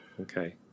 Okay